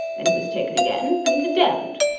then he was taken again, and condemned.